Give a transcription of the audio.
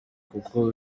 kuko